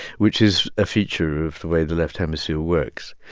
which is a feature of the way the left hemisphere works.